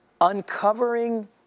uncovering